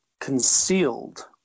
concealed